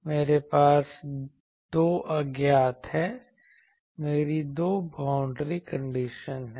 मेरे पास दो अज्ञात हैं मेरी दो बाउंड्री कंडीशन हैं